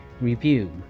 Review